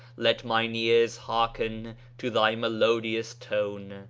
let mine ears hearken to thy melodious tone,